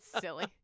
silly